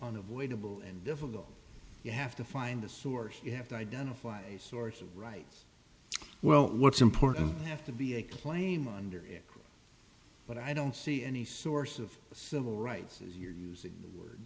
on avoidable and difficult you have to find the source you have to identify a source of rights well what's important have to be a claim under it but i don't see any source of the civil rights as you're using the word